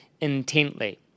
intently